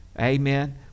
amen